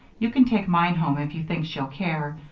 you can take mine home if you think she'll care.